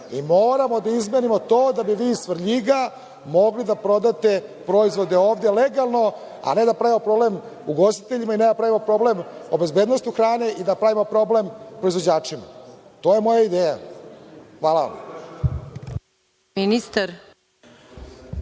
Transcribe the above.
Moramo da izmenimo to, da bi vi iz Svrljiga mogli da prodate proizvode ovde legalno, a ne da pravimo problem ugostiteljima i ne da pravimo problem bezbednosti hrane i da pravimo problem proizvođačima. To je moja ideja. Hvala vam.